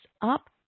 up